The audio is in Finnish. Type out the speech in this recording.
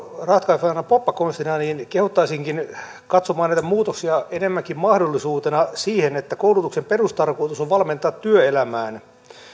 ratkaisevana poppakonstina kehottaisinkin katsomaan näitä muutoksia enemmänkin mahdollisuutena koulutuksen perustarkoitus on valmentaa työelämään